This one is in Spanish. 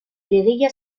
liguilla